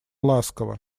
ласково